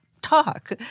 talk